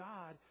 God